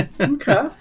Okay